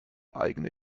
eigene